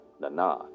nana